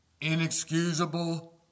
inexcusable